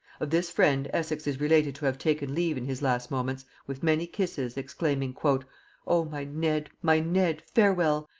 of this friend essex is related to have taken leave in his last moments with many kisses, exclaiming, o my ned, my ned, farewell!